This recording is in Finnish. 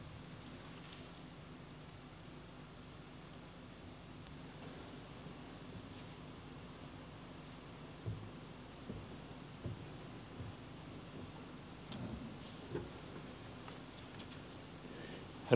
herra puhemies